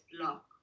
block